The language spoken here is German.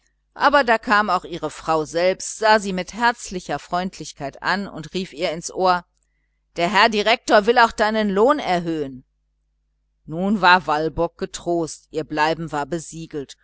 aber da kam auch ihre frau selbst sah sie mit herzlicher freundlichkeit an und rief ihr ins ohr der herr direktor will auch deinen lohn erhöhen nun war walburg getrost ihr bleiben war besiegelt